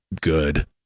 good